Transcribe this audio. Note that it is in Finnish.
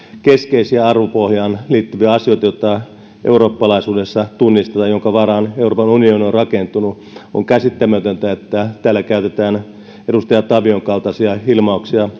keskeisiä arvopohjaan liittyviä asioita joita eurooppalaisuudessa tunnistetaan joiden varaan euroopan unioni on rakentunut on käsittämätöntä että täällä käytetään euroopan unionista arvoyhteisönä sen kaltaisia ilmauksia